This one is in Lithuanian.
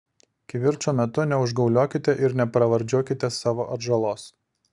kivirčo metu neužgauliokite ir nepravardžiuokite savo atžalos